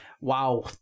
Wow